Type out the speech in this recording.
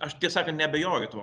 aš tie sakant neabejoju tuo